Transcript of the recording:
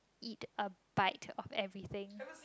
eat a bite of everything